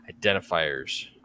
identifiers